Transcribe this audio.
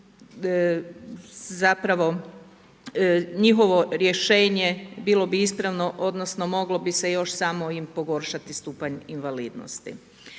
zapravo njihovo rješenje bilo bi ispravno, odnosno, moglo bi se još samo im pogoršati stupanj invalidnosti.